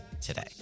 today